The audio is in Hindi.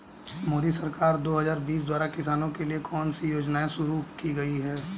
मोदी सरकार दो हज़ार बीस द्वारा किसानों के लिए कौन सी योजनाएं शुरू की गई हैं?